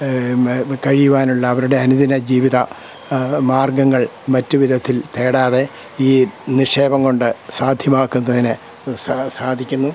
കഴിയുവാനുള്ള അവരുടെ അനുദിന ജീവിത മാർഗ്ഗങ്ങൾ മറ്റു വിധത്തിൽ തേടാതെ ഈ നിക്ഷേപം കൊണ്ട് സാദ്ധ്യമാക്കുന്നതിന് സ സാധിക്കുന്നു